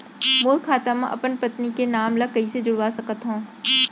मोर खाता म अपन पत्नी के नाम ल कैसे जुड़वा सकत हो?